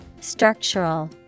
Structural